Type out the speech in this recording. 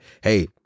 hey